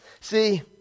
See